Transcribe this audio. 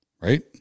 Right